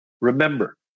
Remember